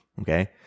okay